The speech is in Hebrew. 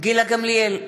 גילה גמליאל,